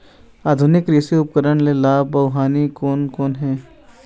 आधुनिक कृषि उपकरण के लाभ अऊ हानि कोन कोन हे?